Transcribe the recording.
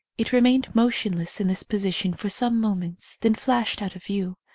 it re mained motionless in this position for some moments, then flashed out of view.